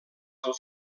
del